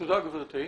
תודה גברתי.